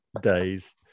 days